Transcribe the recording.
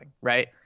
Right